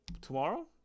tomorrow